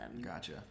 Gotcha